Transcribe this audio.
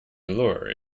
lure